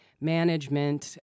Management